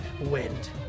wind